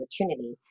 opportunity